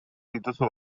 dituzu